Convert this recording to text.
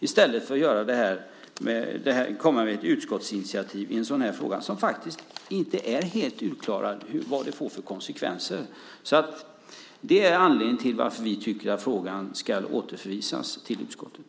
I stället har det blivit ett utskottsinitiativ i en fråga där det inte är helt utklarat vad det får för konsekvenser. Det är anledningen till att vi tycker att frågan ska återförvisas till utskottet.